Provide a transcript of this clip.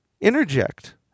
interject